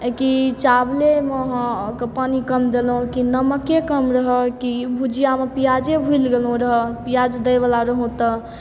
की चावलेमे अहाँके पानि कम देलहुँ की नमके कम रहै की भुजियामे प्याजे भूलि गेलहुँ रऽ प्याज दैवला रहौं तऽ